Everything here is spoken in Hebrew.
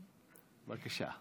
בבקשה.